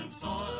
soil